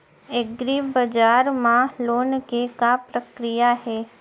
एग्रीबजार मा लोन के का प्रक्रिया हे?